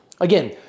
Again